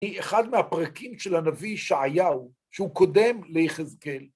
היא אחד מהפרקים של הנביא ישעיהו, שהוא קודם ליחזקל.